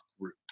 group